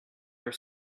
are